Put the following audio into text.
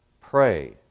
Pray